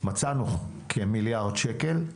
מצאנו כמיליארד שקל,